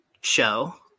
show